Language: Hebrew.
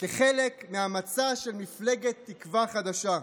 כחלק מהמצע של מפלגת תקווה חדשה.